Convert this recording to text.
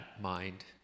mind